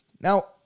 Now